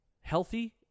healthy